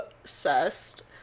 obsessed